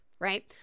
right